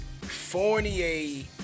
fournier